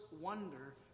wonder